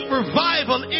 revival